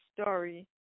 story